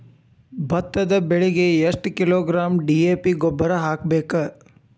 ಭತ್ತದ ಬೆಳಿಗೆ ಎಷ್ಟ ಕಿಲೋಗ್ರಾಂ ಡಿ.ಎ.ಪಿ ಗೊಬ್ಬರ ಹಾಕ್ಬೇಕ?